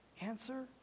Answer